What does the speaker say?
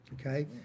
okay